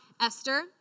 Esther